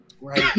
right